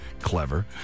Clever